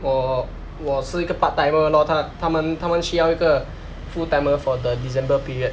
我我是一个 part timer lor 他他们他们需要一个 full timer for the december period